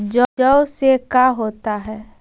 जौ से का होता है?